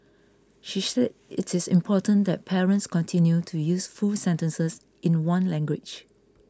she said it is important that parents continue to use full sentences in one language